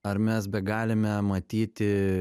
ar mes begalime matyti